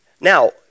Now